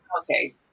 okay